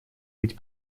быть